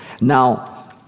Now